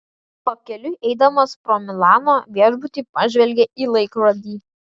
pakeliui eidamas pro milano viešbutį pažvelgė į laikrodį